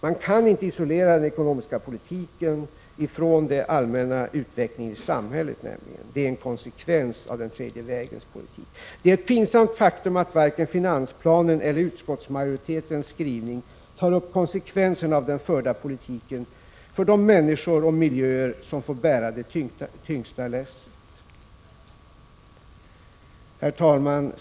Man kan inte isolera den ekonomiska politiken från den allmänna utvecklingen i samhället. Det är en konsekvens av den tredje vägens politik. Det är ett pinsamt faktum att varken finansplanen eller utskottsmajoritetens skrivning tar upp konsekvenserna av den förda politiken för de människor och miljöer som får bära det tyngsta lasset. Herr talman!